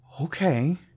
Okay